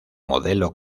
modelo